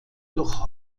durch